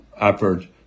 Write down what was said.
effort